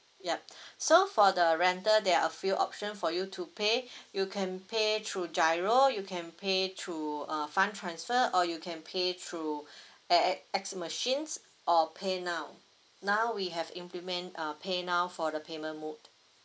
yup so for the rental there're a few option for you to pay you can pay through giro you can pay through uh fund transfer or you can pay through A_X_S machines or paynow now we have implement um paynow for the payment mode